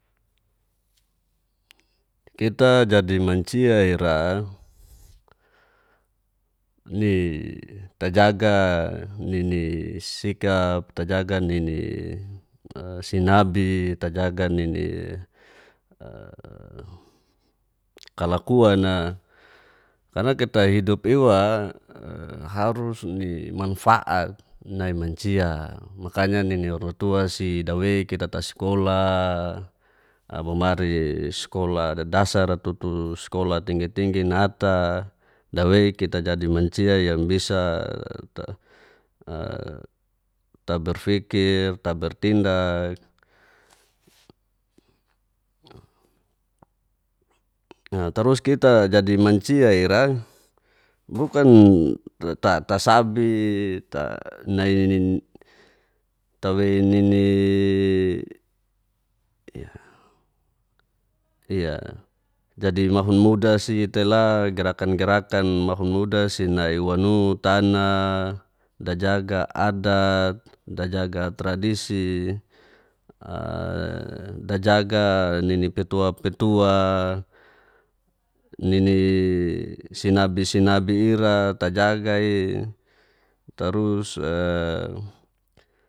Keta jadi mancia ira, li tajaga nini sikap, tajaga nini sinabi, tajaga nini kalakuan'a. Karna kita hidup iwa harusni manfaat nai mancia makanya nini rotuasi dawei kita ta skolah, mamari skolah dadasara tutu skolah tinggi-tinggi nata dawei kita jadi mancia yang bisa taberfikir. tabertindak. tarus kita jadi mancia ira bukan tasabi nai nintawei nini, ya jadi mahunmudasi'i tei la gerakan-gerakan mahun mudasi nai'iwanu tana dajaga adat. dajaga tradisi, dajaga nini petua-petua, nini sinabi-sinabi ira tajaga'i. Tarus'a